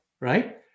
right